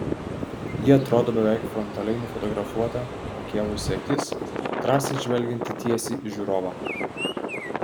ji atrodo beveik frontaliai nufotografuota pakėlusi akis drąsiai žvelgianti tiesiai į žiūrovą